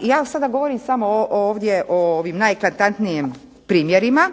ja sada govorim samo ovdje o ovim najeklatantnijim primjerima,